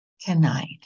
tonight